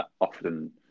often